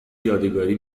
یادگاری